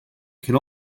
can